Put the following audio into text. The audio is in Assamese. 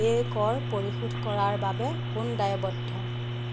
এই কৰ পৰিশোধ কৰাৰ বাবে কোন দায়বদ্ধ